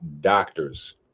doctors